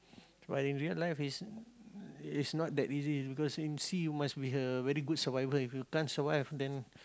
but in real life is is not that easy because in sea you must be a very good survivor if you can't survive then